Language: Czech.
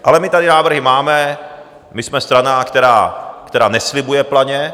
Ale my tady návrhy máme, my jsme strana, která neslibuje planě.